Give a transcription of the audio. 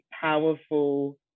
powerful